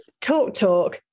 TalkTalk